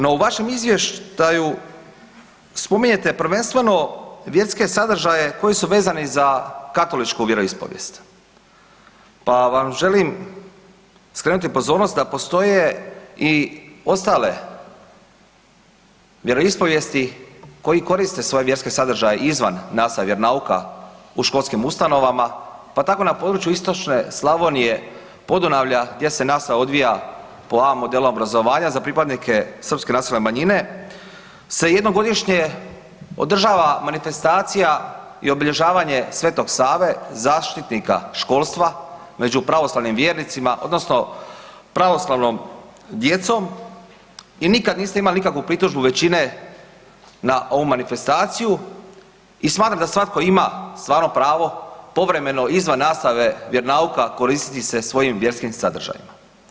No, u vašem izvještaju spominjete prvenstveno vjerske sadržaje koji su vezani za katoličku vjeroispovijest pa vam želim skrenuti pozornost da postoje i ostale vjeroispovijesti koji koriste svoje vjerske sadržaje izvan nastave vjeronauka u školskim ustanovama, pa tako na području istočne Slavnije, Podunavlja gdje se nastava odvija po A modelu obrazovanja za pripadnike srpske nacionalne manjine se jednom godišnje održava manifestacija i obilježavanje Sv.Save zaštitnika školstva među pravoslavnim vjernicima odnosno pravoslavnom djecom i nikad niste imali nikakvu pritužbu većine na ovu manifestaciju i smatram da svatko ima stvarno pravo povremeno izvan nastave koristiti se svojim vjerskim sadržajima.